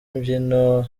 imbyino